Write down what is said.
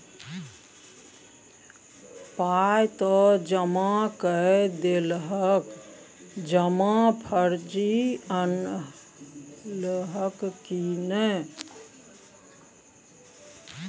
पाय त जमा कए देलहक जमा पर्ची अनलहक की नै